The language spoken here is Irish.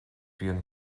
bíonn